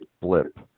blip